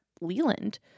Leland